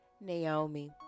Naomi